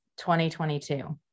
2022